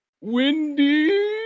windy